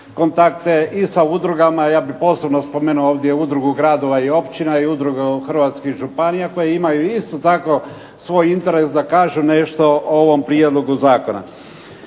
kontakte i sa udrugama. Ja bih posebno spomenuo ovdje Udrugu gradova i općina i Udrugu hrvatskih županija koje imaju isto tako svoj interes da kažu nešto o ovom prijedlogu zakona.